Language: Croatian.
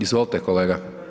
Izvolite kolega.